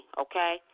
okay